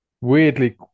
Weirdly